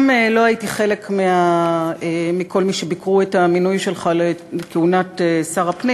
גם לא הייתי חלק מכל אלה שביקרו את המינוי שלך לכהונת שר הפנים.